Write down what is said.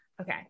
Okay